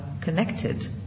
connected